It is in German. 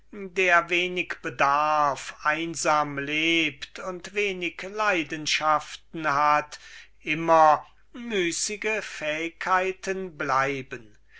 der so wenig bedarf so einsam lebt und so wenig leidenschaften hat immer müßige fähigkeiten bleiben